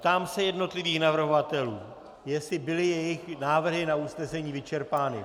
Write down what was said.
Ptám se jednotlivých navrhovatelů, jestli byly jejich návrhy na usnesení vyčerpány.